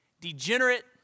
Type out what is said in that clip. degenerate